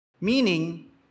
Meaning